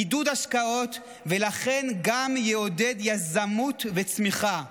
עידוד השקעות, ולכן גם יעודד יזמות וצמיחה.